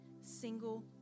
single